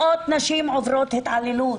מאות נשים עוברות התעללותך.